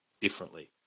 differently